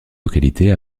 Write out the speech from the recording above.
localités